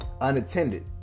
Unattended